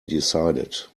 decided